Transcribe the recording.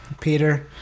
Peter